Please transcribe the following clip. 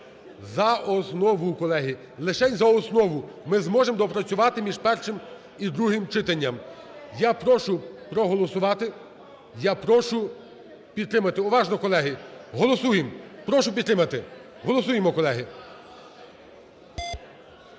за основу, колеги, лишень за основу. Ми зможемо доопрацювати між першим і другим читанням. Я прошу проголосувати, я прошу підтримати. Уважно, колеги, голосуємо. Прошу підтримати. Голосуємо, колеги!